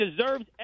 deserves